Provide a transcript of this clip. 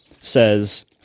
says